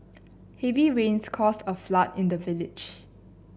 heavy rains caused a flood in the village